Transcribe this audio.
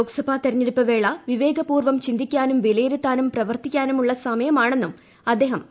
ലോക്സഭാ തെരഞ്ഞെടുപ്പ് വേള വിവേകപൂർവ്വം ചിന്തിക്കാനും വിലയിരുത്താനും പ്രവർത്തിക്കാനുമുളള സമയമാണെന്നും അദ്ദേഹം പറഞ്ഞു